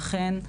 ואכן,